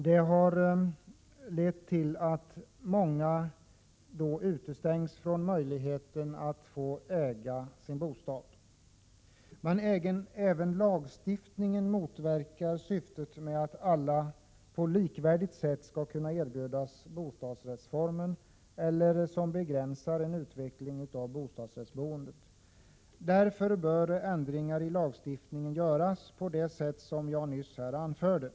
Det har fått till följd att många utestängs från möjligheten att äga sin bostad. Men även lagstiftningen motverkar syftet med att alla på ett likvärdigt sätt kan erbjudas bostadsrättsformen eller att en utveckling av bostadsrättsboendet begränsas. Därför bör ändringar i lagstiftningen göras på det sätt jag nyss anförde.